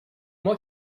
moi